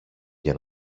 για